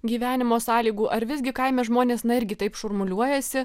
gyvenimo sąlygų ar visgi kaime žmonės irgi taip šurmuliuojasi